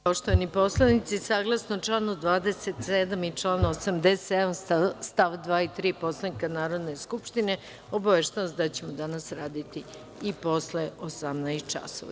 Poštovani poslanici, saglasno članu 27. i članu 87. stav 2. i 3. Poslovnika Narodne skupštine, obaveštavam vas da ćemo danas raditi i posle 18 časova.